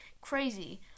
crazy